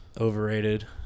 overrated